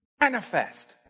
manifest